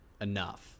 enough